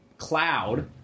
cloud